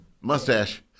mustache